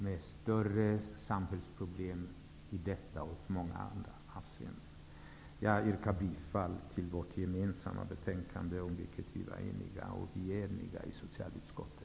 Där finns större samhällsproblem i detta och många andra avseenden. Jag yrkar bifall till hemställan i betänkandet, om vilket vi var eniga i socialutskottet.